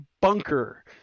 bunker